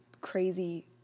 crazy